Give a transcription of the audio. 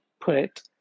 put